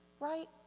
Right